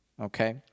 Okay